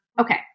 Okay